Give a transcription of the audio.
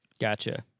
Gotcha